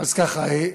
אז ככה.